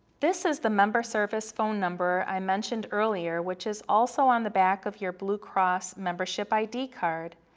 this is the member service phone number i mentioned earlier which is also on the back of your blue cross membership id card.